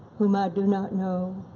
whom i do not know,